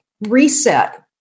Reset